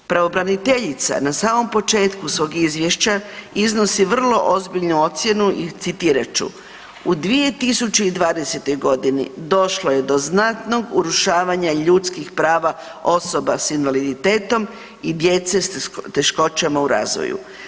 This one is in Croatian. Pravobraniteljica na samom početku svog izvješća iznosi vrlo ozbiljnu ocjenu i citirat ću: „U 2020. godini došlo je do znatnog urušavanja ljudskih prava osoba s invaliditetom i djece s teškoćama u razvoju.